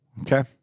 Okay